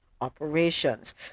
operations